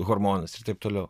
hormonus ir taip toliau